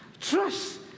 Trust